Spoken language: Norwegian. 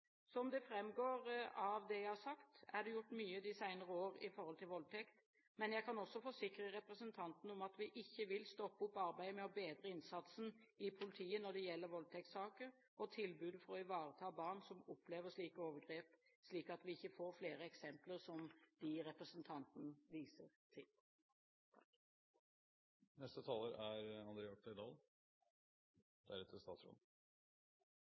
Som det framgår av det jeg har sagt, er det gjort mye de senere år når det gjelder voldtekt, men jeg kan også forsikre representanten om at vi ikke vil stoppe arbeidet med å bedre innsatsen i politiet når det gjelder voldtektssaker, og tilbudet for å ivareta barn som opplever slike overgrep, slik at vi ikke får flere eksempler som dem representanten viser til. Dette er et felt som det er